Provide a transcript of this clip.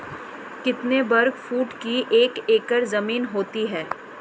कितने वर्ग फुट की एक एकड़ ज़मीन होती है?